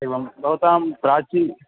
एवं भवतां प्राची